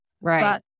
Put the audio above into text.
right